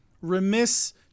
remiss